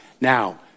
Now